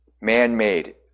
man-made